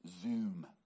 Zoom